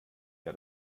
der